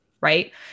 Right